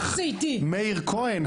מאיר כהן,